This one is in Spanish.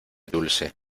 dulce